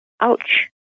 Ouch